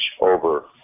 over